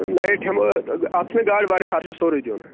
night ہیٚمہٕ اَتھ چھ گاڑِ واڑِ خرچہ سورُے دیُن